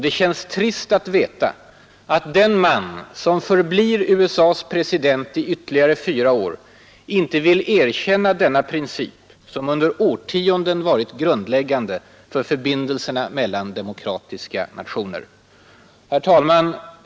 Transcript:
Det känns trist att veta att den man som förblir USA:s president i ytterligare fyra år inte vill erkänna denna princip, som under årtionden varit grundläggande för förbindelserna mellan demokratiska nationer. Herr talman!